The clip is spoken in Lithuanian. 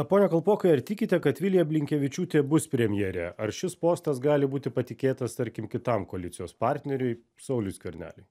pone kalpokai ar tikite kad vilija blinkevičiūtė bus premjere ar šis postas gali būti patikėtas tarkim kitam koalicijos partneriui sauliui skverneliui